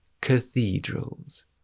cathedrals